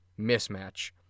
mismatch